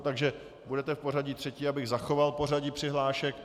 Takže budete v pořadí třetí, abych zachoval pořadí přihlášek.